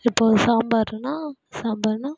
இப்போது சாம்பார்னா சாம்பார்னா